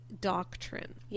doctrine